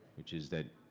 which is that.